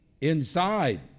Inside